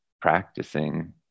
practicing